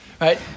right